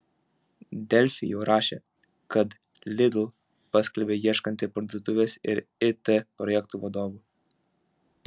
delfi jau rašė kad lidl paskelbė ieškanti parduotuvės ir it projektų vadovų